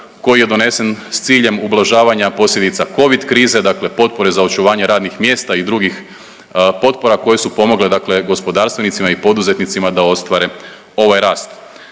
koji je donesen s ciljem ublažavanja posljedica covid krize, dakle potpore za očuvanje radnih mjesta i drugih potpora koje su pomogle gospodarstvenicima i poduzetnicima da ostvare ovaj rast.